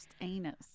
anus